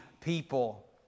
people